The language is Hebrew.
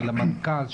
של המנכ"ל,